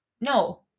No